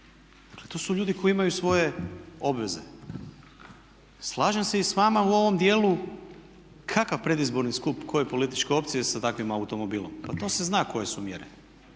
Dakle to su ljudi koji imaju svoje obveze. Slažem se i sa vama u ovom dijelu, kakav predizborni skup, koje političke opcije sa takvim automobilom. Ali to se zna koje su mjere.